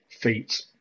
feet